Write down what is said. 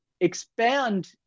expand